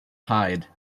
hide